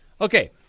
Okay